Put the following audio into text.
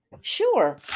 Sure